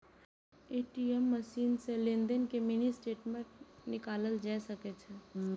ATM machine सं लेनदेन के मिनी स्टेटमेंट निकालल जा सकै छै